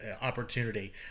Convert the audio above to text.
opportunity